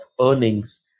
earnings